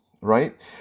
right